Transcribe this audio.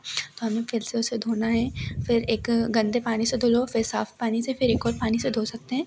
तो हमें फिर से उसे धोना है फिर एक गंदे पानी से धुलो फिर साफ़ पानी से फिर एक और पानी से धो सकते हैं